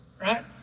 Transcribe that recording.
right